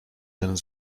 ten